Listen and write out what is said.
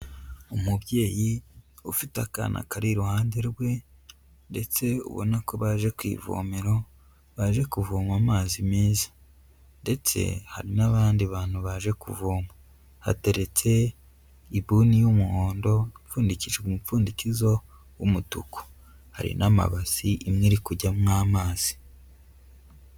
Umubyeyi ufite akana kari iruhande rwe ndetse ubona ko baje ku ivomero baje kuvoma amazi meza ndetse hari n'abandi bantu baje kuvoma, hateretse ibuni y'umuhondo ipfundikijwe umupfundikizo w'umutuku, hari n'amabasi imwe ari kujyamo amazi.